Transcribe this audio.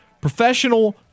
Professional